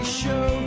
show